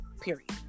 Period